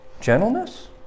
gentleness